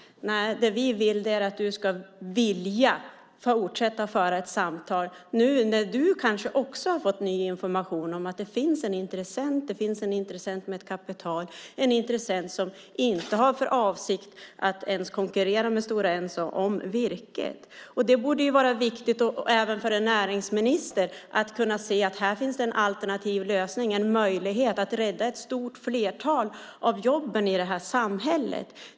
Nej, det vi vill är att du ska vilja fortsätta att föra ett samtal nu när du kanske också har fått ny information om att det finns en intressent, en intressent med kapital, en intressent som inte ens har för avsikt att konkurrera med Stora Enso om virket. Det borde vara viktigt även för en näringsminister att se att det finns en alternativ lösning, en möjlighet att rädda ett stort antal av jobben i det här samhället.